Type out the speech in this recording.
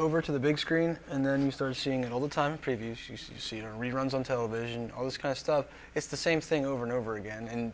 over to the big screen and then you start seeing it all the time previews she scenery runs on television all this kind of stuff it's the same thing over and over again and